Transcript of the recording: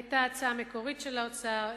היתה הצעה מקורית של האוצר,